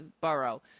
borough